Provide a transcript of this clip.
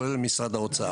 כולל משרד האוצר.